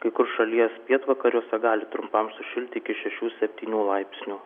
kai kur šalies pietvakariuose gali trumpam sušilti iki šešių septynių laipsnių